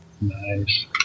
Nice